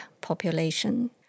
population